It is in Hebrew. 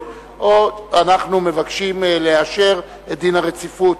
או שאנחנו מבקשים לאשר את דין הרציפות.